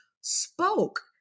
spoke